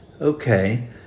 Okay